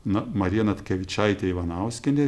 na marija natkevičaitė ivanauskienė